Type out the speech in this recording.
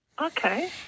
Okay